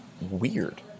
weird